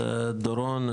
דורון,